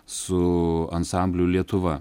su ansambliu lietuva